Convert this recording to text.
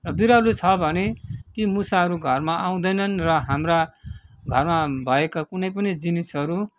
र बिरालो छ भने ती मुसाहरू घरमा आउँदैनन् र हाम्रा घरमा भएका कुनै पनि जिनिसहरू